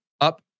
up